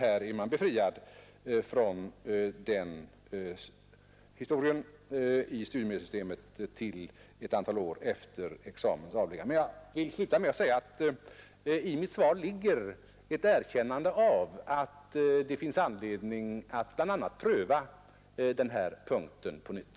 I studiemedelssystemet är man befriad från detta till ett antal år efter examens avläggande. Men jag vill sluta med att säga, att i mitt svar ligger ett erkännande om att det finns anledning att bl.a. pröva bestämmelserna på den här punkten på nytt.